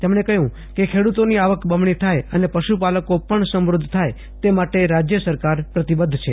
તેમજ્ઞે કહ્વું કે ખેડૂતોની આવક બમજ્ઞી થાય અને પશુપાલકો પજ્ઞ સમૂધ્ધ થાય તે માટે રાજ્ય સરકાર પ્રતિબદ્ધ છે